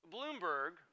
Bloomberg